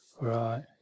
right